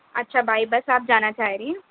اچھا بائی بس آپ جانا چاہ رہی ہیں